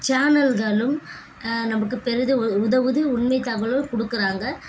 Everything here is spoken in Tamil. சேனல்களும் நமக்கு பெரிதும் உ உதவுது உண்மை தகவல்களும் கொடுக்குறாங்க